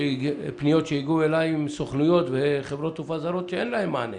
פניות שהגיעו אליי מסוכנויות וחברות תעופה זרות שאין להן מענה